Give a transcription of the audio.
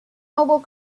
noble